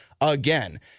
again